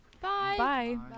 Bye